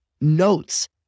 notes